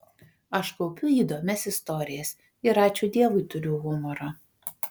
aš kaupiu įdomias istorijas ir ačiū dievui turiu humoro